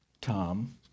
Tom